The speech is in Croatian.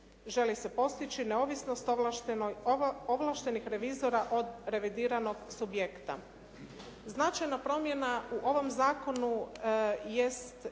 želi se postići neovisnost ovlaštenih revizora od revidiranog subjekta. Značajna promjena u ovom zakonu jest